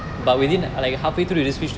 but we didn't lie halfway through the speech